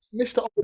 Mr